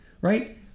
right